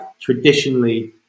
traditionally